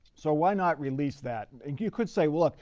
so why not release that, and you could say, look,